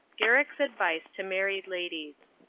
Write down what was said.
garrick's advice to married ladies.